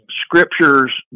scriptures